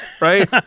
Right